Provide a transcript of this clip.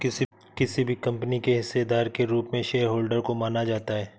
किसी भी कम्पनी के हिस्सेदार के रूप में शेयरहोल्डर को माना जाता है